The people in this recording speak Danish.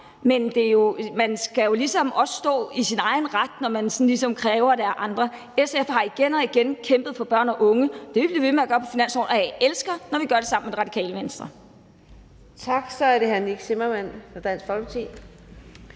men man skal ligesom også stå i sin egen ret, når man sådan kræver det af andre. SF har igen og igen kæmpet for børnene og de unge, og det vil vi blive ved med at gøre i finansloven, og jeg elsker, når vi gør det sammen med Radikale Venstre.